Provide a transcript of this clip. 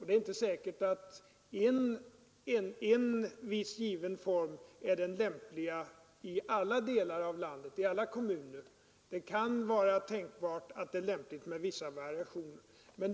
Det är inte säkert att en viss given form är den lämpligaste i alla kommuner i landet, utan det kan kanske vara lämpligt med vissa variationer.